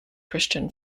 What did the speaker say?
christian